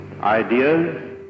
ideas